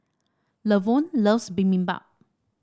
Lavonne loves Bibimbap